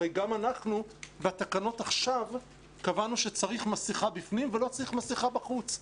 הרי גם אנחנו בתקנות עכשיו קבענו שצריך מסכה בפנים ולא צריך מסכה בחוץ.